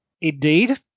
Indeed